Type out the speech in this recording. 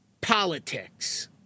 politics